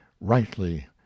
rightly